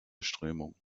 strömungen